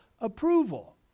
approval